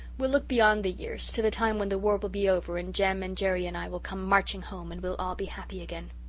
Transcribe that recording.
we'll look beyond the years to the time when the war will be over and jem and jerry and i will come marching home and we'll all be happy again.